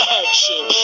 action